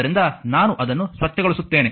ಆದ್ದರಿಂದ ನಾನು ಅದನ್ನು ಸ್ವಚ್ಛಗೊಳಿಸುತ್ತೇನೆ